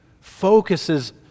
focuses